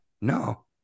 No